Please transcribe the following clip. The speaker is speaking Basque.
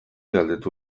galdetu